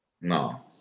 No